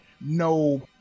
no